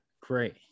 great